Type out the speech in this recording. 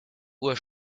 uhr